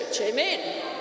Amen